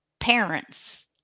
parents